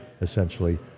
essentially